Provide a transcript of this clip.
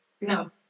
No